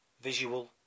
visual